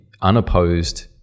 unopposed